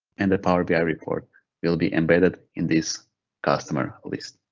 and a power bi report will be embedded in this customer lists.